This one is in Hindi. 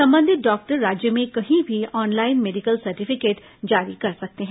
संबंधित डॉक्टर राज्य में कहीं भी ऑनलाइन मेडिकल सर्टिफिकेट जारी कर सकते हैं